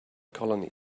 colony